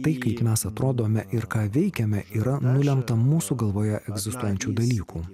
tai kaip mes atrodome ir ką veikiame yra nulemta mūsų galvoje egzistuojančių dalykų